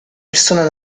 persona